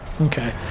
Okay